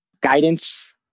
guidance